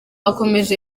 akomeje